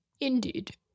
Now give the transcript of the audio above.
Indeed